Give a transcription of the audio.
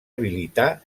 habilitar